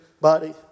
body